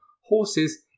horses